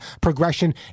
progression